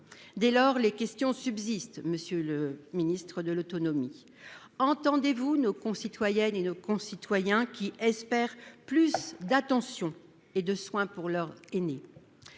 Dès lors, les questions subsistent. Monsieur le Ministre de l'autonomie. Entendez-vous nos concitoyennes et nos concitoyens qui espère plus d'attention et de soin pour leurs aînés.